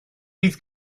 bydd